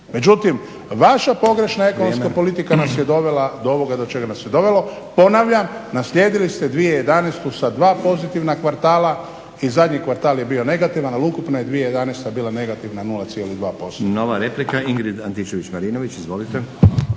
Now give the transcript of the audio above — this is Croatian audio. Međutim, vaša pogrešna ekonomska politika nas je dovela do ovoga do čega nas je dovelo. Ponavljam naslijedili ste 2011. sa dva pozitivna kvartala i zadnji kvartal je bio negativan ali ukupno je 2011. bila negativna 0,2%.